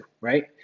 right